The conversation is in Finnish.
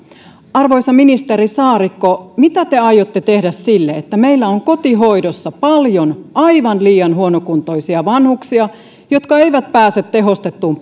arvoisa ministeri saarikko mitä te aiotte tehdä sille että meillä on kotihoidossa paljon aivan liian huonokuntoisia vanhuksia jotka eivät pääse tehostettuun